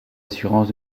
assurance